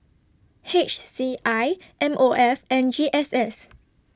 H C I M O F and G S S